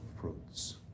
fruits